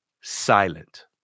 silent